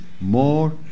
more